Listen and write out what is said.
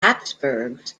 habsburgs